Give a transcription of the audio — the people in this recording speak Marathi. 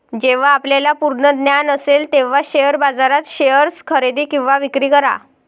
जेव्हा आपल्याला पूर्ण ज्ञान असेल तेव्हाच शेअर बाजारात शेअर्स खरेदी किंवा विक्री करा